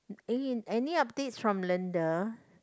eh any updates from Linda